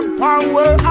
power